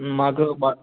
మాకు బట